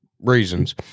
reasons